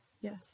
Yes